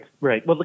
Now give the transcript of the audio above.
right